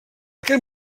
aquest